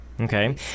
Okay